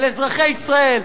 על אזרחי ישראל,